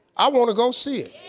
i wanna go see it.